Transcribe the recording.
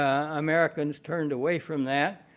americans turned away from that.